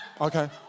okay